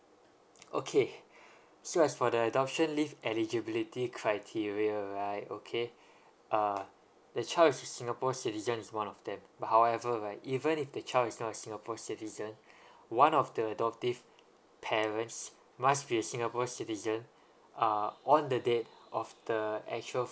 okay so as for the adoption leave eligibility criteria right okay uh the child is a singapore citizen is one of them but however right even if the child is not a singapore citizen one of the adoptive parents must be a singapore citizen uh on the date of the actual